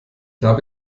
habe